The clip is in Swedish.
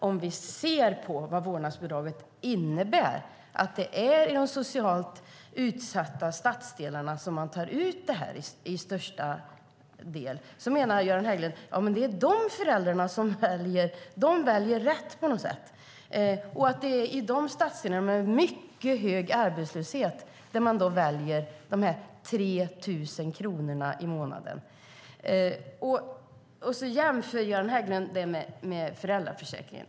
Om vi ser på vad vårdnadsbidraget innebär, alltså att det är i de socialt utsatta stadsdelarna man till största del tar ut det här, menar alltså Göran Hägglund att det är de föräldrarna som på något sätt väljer rätt. Det är i stadsdelarna med mycket hög arbetslöshet man väljer de 3 000 kronorna i månaden. Sedan jämför Göran Hägglund det med föräldraförsäkringen.